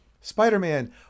Spider-Man